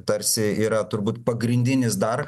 tarsi yra turbūt pagrindinis dar